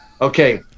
okay